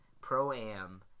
Pro-Am